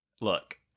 Look